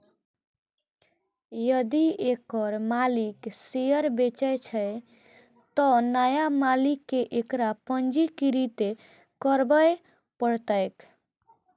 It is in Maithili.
यदि एकर मालिक शेयर बेचै छै, तं नया मालिक कें एकरा पंजीकृत करबय पड़तैक